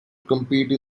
compete